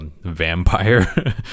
vampire